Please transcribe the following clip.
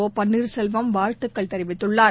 ஓபன்னீர்செல்வம் வாழ்த்துக்கள் தெரிவித்துள்ளார்